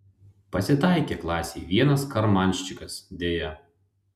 pasitaikė klasėj vienas karmanščikas deja